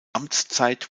amtszeit